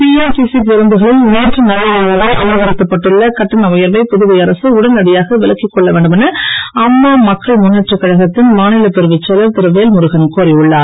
PRTC பேருந்துகளில் நேற்று நள்ளிரவு முதல் அமல்படுத்தப்பட்டுள்ள கட்டண உயர்வை புதுவை அரசு உடனடியாக விலக்கிக் கொள்ள வேண்டும் என அம்மா மக்கள் முன்னேற்றக் கழகத்தின் மாநில பிரிவு செயலர் திரு வேல்முருகன் கோரி உள்ளார்